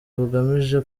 bugamije